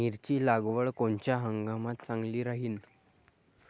मिरची लागवड कोनच्या हंगामात चांगली राहीन?